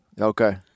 Okay